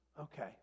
Okay